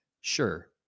sure